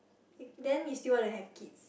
eh then you still wanna have kids